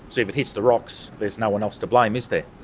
so but hits the rocks there's no one else to blame, is there?